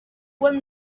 when